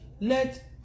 let